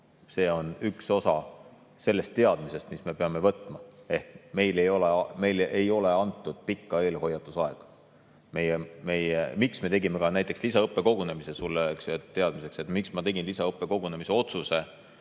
see on üks osa sellest teadmisest, mis meil nüüd on: meile ei ole ette antud pikka eelhoiatusaega. Miks me tegime ka näiteks lisaõppekogunemise? Sulle teadmiseks, miks ma tegin lisaõppekogunemise otsuse